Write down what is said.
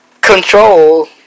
control